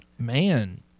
Man